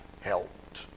helped